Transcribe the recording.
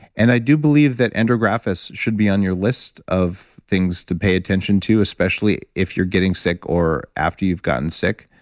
and i do believe that andrographis should be on your list of things to pay attention to, especially if you're getting sick, or after you've gotten sick.